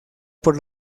por